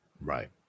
Right